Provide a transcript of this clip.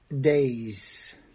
days